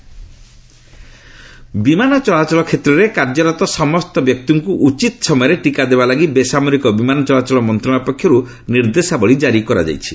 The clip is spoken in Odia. ବିମାନ କର୍ମଚାରୀ ଟିକାକରଣ ବିମାନ ଚଳାଚଳ କ୍ଷେତ୍ରରେ କାର୍ଯ୍ୟରତ ସମସ୍ତ ବ୍ୟକ୍ତିଙ୍କୁ ଉଚିତ୍ ସମୟରେ ଟିକା ଦେବା ଲାଗି ବେସାମରିକ ବିମାନ ଚଳାଚଳ ମନ୍ତ୍ରଶାଳୟ ପକ୍ଷରୁ ନିର୍ଦ୍ଦେଶାବଳୀ ଜାରି କରାଯାଇଛି